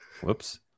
Whoops